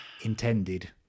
intended